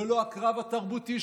ולא הקרב התרבותי,